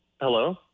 Hello